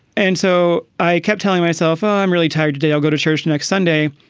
and so i kept telling myself. ah i'm really tired today. i'll go to church next sunday.